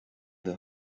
the